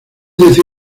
decir